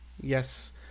yes